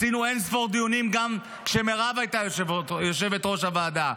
עשינו אין ספור דיונים גם כשמירב הייתה יושבת-ראש הוועדה.